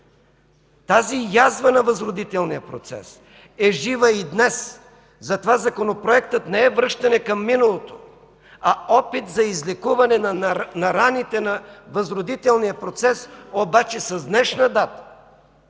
Тази язва на възродителния процес е жива и днес. Затова Законопроектът не е връщане към миналото, а опит за излекуване на раните от възродителния процес, обаче с днешна дата!